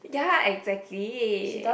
ya exactly